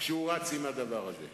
זה החוקתיות בשאלת התקציב.